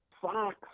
Fox